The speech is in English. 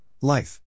Life